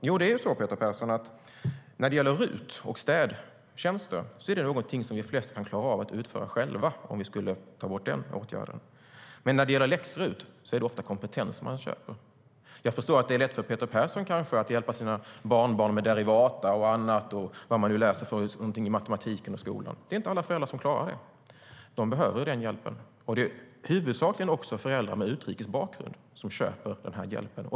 Jo, Peter Persson, när det gäller RUT och städtjänster är det någonting de flesta skulle klara av att utföra själva om vi tog bort den åtgärden. När det gäller läx-RUT är det dock ofta kompetensen man köper. Jag förstår att det kanske är lätt för Peter Persson att hjälpa sina barnbarn med derivata och vad man nu lär sig i matematiken och i skolan. Men det är inte alla föräldrar som klarar det, och de behöver den hjälpen. Det är också huvudsakligen föräldrar med utrikes bakgrund som köper hjälpen.